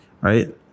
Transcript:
right